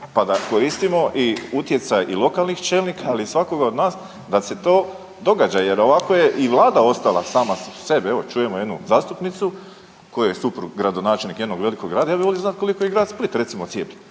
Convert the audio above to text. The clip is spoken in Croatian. pa da koristimo i utjecaj i lokalnih čelnika, ali i svakoga od nas da se to događa jer ovako je i vlada ostala sama sebi. Evo čujemo jednu zastupnicu kojoj je suprug gradonačelnik jednog velikog grada, ja bi volio znat koliko je i grad Split recimo cijepljen,